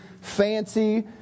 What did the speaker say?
fancy